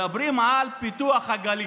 מדברים על פיתוח הגליל.